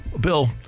Bill